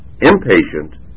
impatient